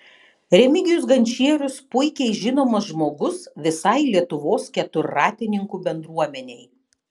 remigijus gančierius puikiai žinomas žmogus visai lietuvos keturratininkų bendruomenei